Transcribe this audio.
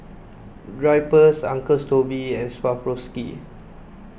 Drypers Uncle Toby's and Swarovski